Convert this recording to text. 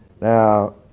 Now